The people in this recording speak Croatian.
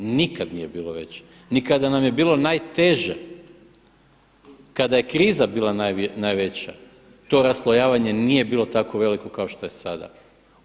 Nikad nije bilo veće, ni kada nam je bilo najteže, kada je kriza bila najveća, to raslojavanje nije bilo tako veliko kao što je sada.